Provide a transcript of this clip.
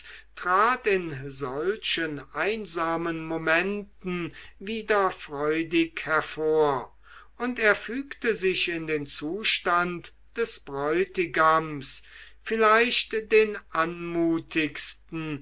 trat in solchen einsamen momenten wieder freudig hervor und er fügte sich in den zustand des bräutigams vielleicht den anmutigsten